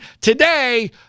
today